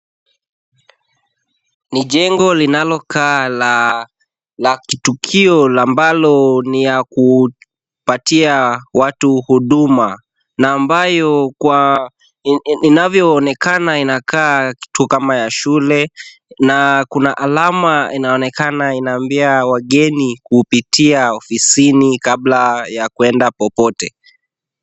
Ni jengo linalokaa la kitukio ambalo ni ya kupatia watu huduma na ambayo inavyoonekana inakaa kitu kama ya shule na kuna alama inaonekana inaambia wageni kupitia ofisini kabla ya kuenda popote.